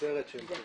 בסרט שהם קיבלו.